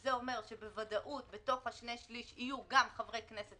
שזה אומר שבוודאות בתוך השני שליש יהיו גם חברי כנסת